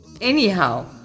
Anyhow